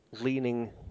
leaning